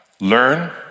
learn